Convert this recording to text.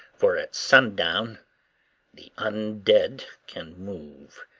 for at sundown the un-dead can move.